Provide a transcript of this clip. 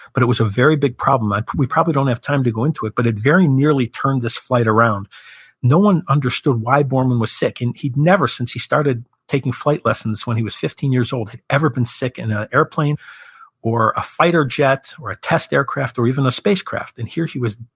but it was a very big problem. like we probably don't have time to go into it, but it very nearly turned this flight around no one understood why borman was sick. and he'd never, since he started taking flight lessons when he was years old, had ever been sick in an airplane or a fighter jet or a test aircraft or even a spacecraft. and here he was,